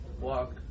walk